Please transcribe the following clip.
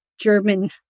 German